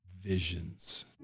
Visions